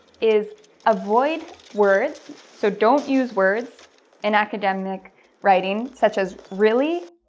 is avoid words so don't use words in academic writing such as really,